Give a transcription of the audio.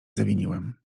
zawiniłem